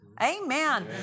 Amen